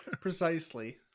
Precisely